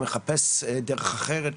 מחפש דרך אחרת.